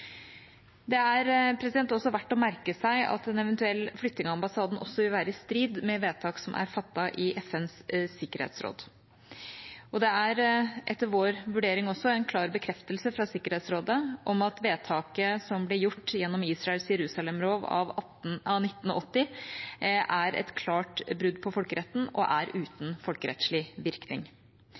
Det er også verdt å merke seg at en eventuell flytting av ambassaden vil være i strid med vedtak som er fattet i FNs sikkerhetsråd. Det er etter vår vurdering også en klar bekreftelse fra Sikkerhetsrådet om at vedtaket som ble gjort gjennom Israels Jerusalem-lov av 1980, er et klart brudd på folkeretten og uten folkerettslig virkning.